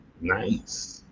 nice